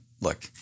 look